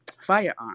firearm